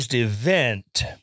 event